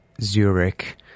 Zurich